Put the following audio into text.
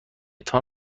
تان